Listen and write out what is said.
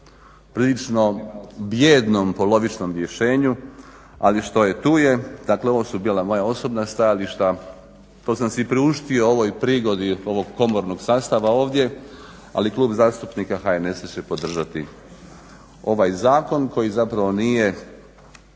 prilično bijednom polovičnom rješenju, ali što je tu je. Dakle, ovo su bila moja osobna stajališta, to sam si priuštio u ovoj prigodi ovog komornog sastava ovdje ali Klub zastupnika HNS-a će podržati ovaj zakon koji zapravo nije